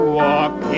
walk